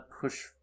push